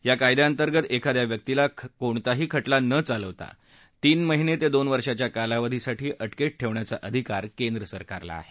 या कायद्याअंतर्गत एखाद्या व्यक्तीला खटला कोणताही खटला न चालवता तीन महिने ते दोन वर्षाच्या कालावधीसाठी अटकेत ठेवण्याचा अधिकार केंद्र सरकारला आहे